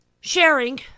sharing